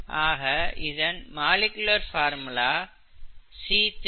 ஆக இதன் molecular formula C3H6O3